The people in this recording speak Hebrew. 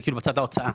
בצד ההוצאה,